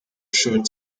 short